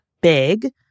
big